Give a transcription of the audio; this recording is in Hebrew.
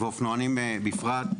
ואופנוענים בפרט,